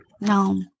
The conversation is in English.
no